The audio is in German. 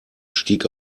stieg